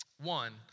one